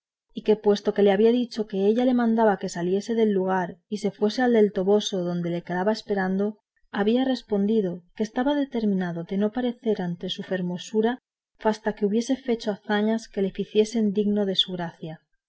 y que puesto que le había dicho que ella le mandaba que saliese de aquel lugar y se fuese al del toboso donde le quedaba esperando había respondido que estaba determinado de no parecer ante su fermosura fasta que hobiese fecho fazañas que le ficiesen digno de su gracia